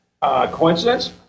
Coincidence